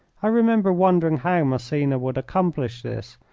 i remember wondering how massena would accomplish this,